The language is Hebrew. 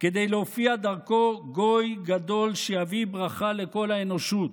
כדי להופיע דרכו גוי גדול שיביא ברכה לכל האנושות.